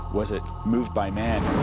was it moved by man?